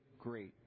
great